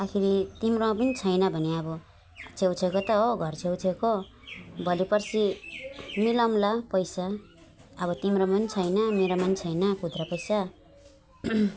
आखिर तिम्रोमा पनि छैन भने अब छेउ छेउको त हो घर छेउ छेउको भोलि पर्सि मिलाउँला पैसा अब तिम्रोमा पनि छैन मेरोमा पनि छैन खुद्रा पैसा